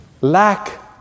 lack